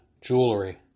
jewelry